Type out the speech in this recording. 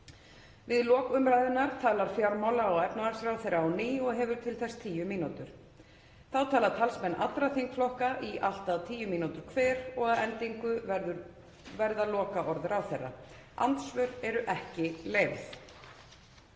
Við lok umræðunnar talar fjármála- og efnahagsráðherra á ný og hefur til þess tíu mínútur. Þá tala talsmenn allra þingflokka í allt að tíu mínútur hver og að endingu verða lokaorð ráðherra. Andsvör eru ekki leyfð.